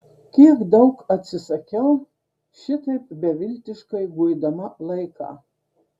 kiek daug atsisakiau šitaip beviltiškai guidama laiką